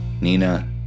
Nina